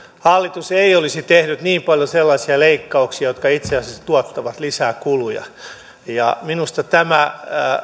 hallitus ei olisi tehnyt niin paljon sellaisia leikkauksia jotka itse asiassa tuottavat lisää kuluja minusta tämä